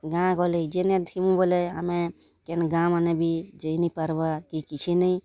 ଗାଁ ଗହଲି ଯିନେ ଥିବୁଁ ବୋଲେ ଆମେ କେନ୍ ଗାଁମାନେ ବି ଯାଇନିପାର୍ବା କି କିଛି ନାଇଁ